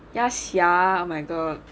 ya sia oh my god